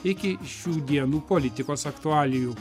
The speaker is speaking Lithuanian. iki šių dienų politikos aktualijų